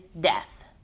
death